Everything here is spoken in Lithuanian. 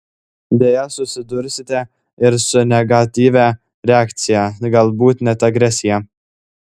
deja susidursite ir su negatyvia reakcija galbūt net agresija